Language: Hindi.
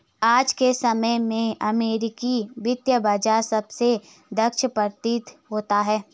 आज के समय में अमेरिकी वित्त बाजार सबसे दक्ष प्रतीत होता है